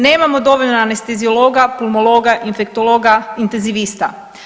Nemamo dovoljno anesteziologa, pulmologa, infektologa, intezivista.